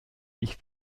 ich